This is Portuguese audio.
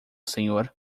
senhor